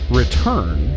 return